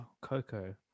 Coco